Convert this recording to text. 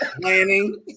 planning